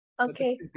Okay